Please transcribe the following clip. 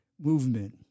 movement